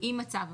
עם הצו.